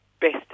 best